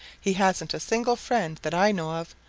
he hasn't a single friend that i know of,